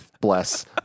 Bless